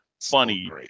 funny